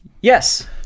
yes